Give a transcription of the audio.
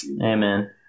Amen